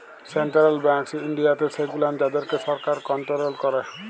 central banks ইনডিয়াতে সেগুলান যাদেরকে সরকার কনটোরোল ক্যারে